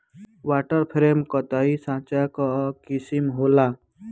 water frame कताई साँचा कअ किसिम होला